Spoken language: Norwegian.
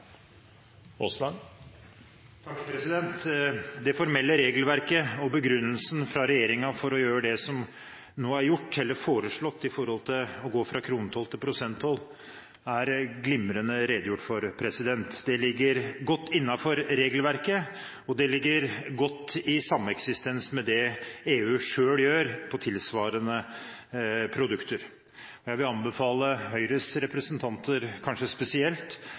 foreslått, å gå fra kronetall til prosenttall, er glimrende redegjort for. Det ligger godt innenfor regelverket, og det ligger godt i sameksistens med det EU selv gjør på tilsvarende produkter. Jeg vil anbefale Høyres representanter kanskje spesielt